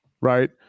right